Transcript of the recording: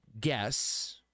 guess